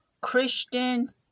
Christian